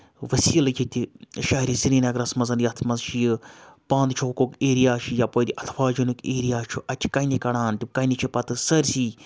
ؤسیٖلٕکۍ ییٚتہِ شہرِ سرینَگرَس منٛز یَتھ منٛز چھِ یہِ پانٛت چھوکُک ایریا چھُ یَپٲرۍ اَتھواجنُک ایریا چھُ اَتہِ چھِ کَنہِ کَڑان تِم کَنہِ چھِ پَتہٕ سٲرۍسٕے